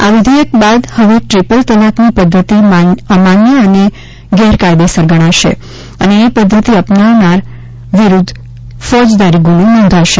આ વિધેયક બાદ હવે ટ્રિપલ તલાકની પદ્ધતિ અમાન્ય અને ગેરકાયદેસર ગણાશે અને એ પદ્ધતિ અપનાવનાર વિરુદ્ધ ફોજદારી ગુનો નોંધાશે